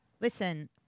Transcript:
Listen